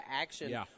action